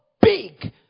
big